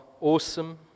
awesome